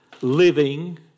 living